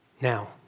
Now